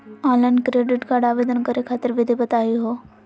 Online credit card आवेदन करे खातिर विधि बताही हो?